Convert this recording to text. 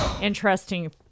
interesting